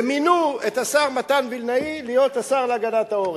ומינו את השר מתן וילנאי להיות השר להגנת העורף.